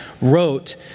wrote